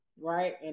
right